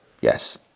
Yes